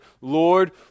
Lord